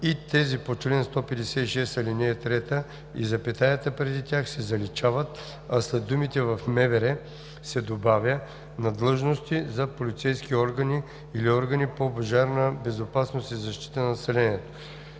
„и тези по чл. 156, ал. 3“ и запетаята преди тях се заличават, а след думите „в МВР“ се добавя „на длъжности за полицейски органи или органи по пожарна безопасност и защита на населението“.